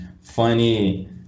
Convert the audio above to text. funny